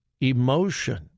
emotion